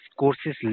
courses